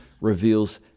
reveals